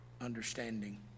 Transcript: understanding